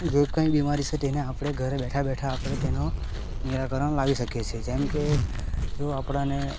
જે કાંઇ બીમારી છે તેને આપણે ઘરે બેઠા બેઠા આપણે તેનો નિરાકરણ લાવી શકીએ છીએ જેમકે જો આપણને